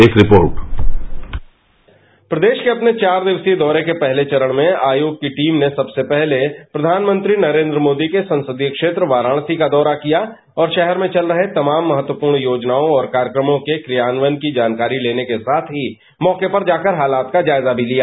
एक रिपोर्ट प्रदेश के अपने चार दिवसीय दौरे के पहले चरण में आयोग की टीम ने सबसे पहले प्रधानमंत्री नरेंद्र मोदी के संसदीय ष्टेत्र वाराणसी का दौरा किया और शहर में चल रहे तयाम महत्वपूर्ण योजनाओं और कार्यक्रमों के क्रियान्वयन की जानकारी लेने के साथ ही मौके पर जाकर हालात का जायजा भी लिया